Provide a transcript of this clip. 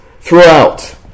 throughout